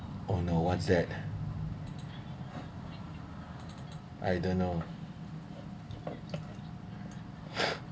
oh no what's that I don't know